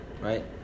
right